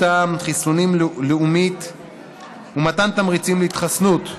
העם (מדיניות חיסונים לאומית ומתן תמריצים להתחסנות),